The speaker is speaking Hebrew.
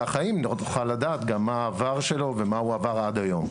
החיים נוכל לדעת גם מה העבר שלו ומה הוא עבר עד היום.